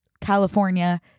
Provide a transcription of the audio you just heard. California